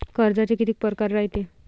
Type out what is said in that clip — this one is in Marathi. कर्जाचे कितीक परकार रायते?